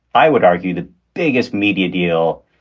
i would argue, the biggest media deal.